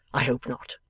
i hope not.